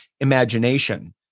imagination